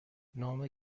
نام